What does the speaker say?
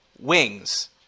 Wings